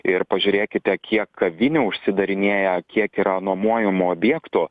ir pažiūrėkite kiek kavinių užsidarinėja kiek yra nuomojamų objektų